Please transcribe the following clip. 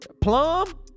Plum